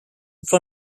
for